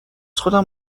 خودم